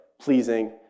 pleasing